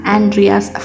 Andreas